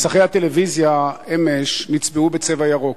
מסכי הטלוויזיה נצבעו אמש בצבע ירוק.